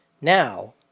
Now